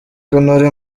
honore